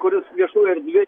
kuris viešoj erdvė